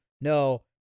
No